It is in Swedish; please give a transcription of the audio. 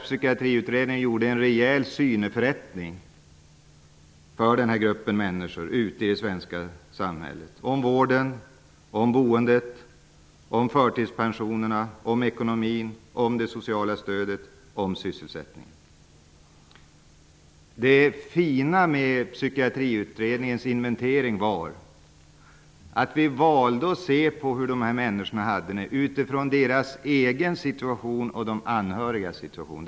Psykiatriutredningen gjorde en rejäl syneförättning för den här gruppen människor i det svenska samhället när det gällde vården, boendet, förtidspensionerna, ekonomin, det sociala stödet och sysselsättningen. Det fina med Psykiatriutredningens inventering var att vi valde att se på hur de här människorna hade det utifrån deras egen och de anhörigas situation.